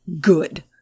good